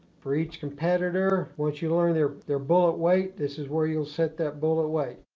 for each competitor, once you learn their their bullet weight. this is where you'll set that bullet weight.